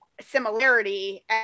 similarity